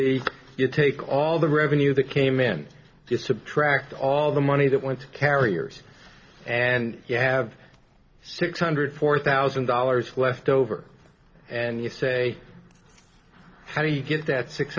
be you take all the revenue the came in you subtract all the money that went to carriers and you have six hundred four thousand dollars left over and you say how do you get that six